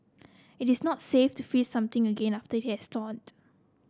it is not safe to freeze something again after it has thawed